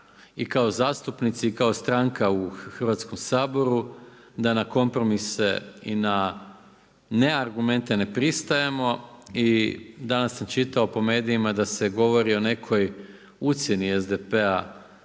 i kao zastupnici i kao stranka u Hrvatskom saboru da na kompromise i na neargumente ne pristajemo. I danas sam čitao po medijima da se govori o nekoj ucjeni SDP-a